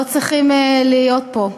לא צריכים להיות פה.